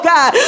God